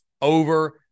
over